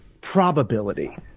probability